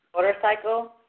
Motorcycle